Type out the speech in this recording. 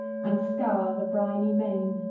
and scour the briny main.